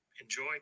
Enjoy